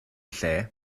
lle